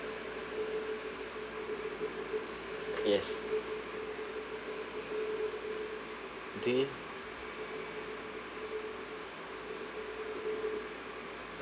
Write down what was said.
yes do you